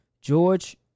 George